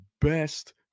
best